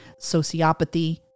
sociopathy